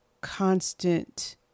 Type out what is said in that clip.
constant